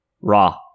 raw